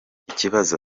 ikibazo